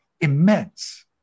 immense